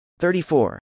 34